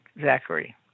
Zachary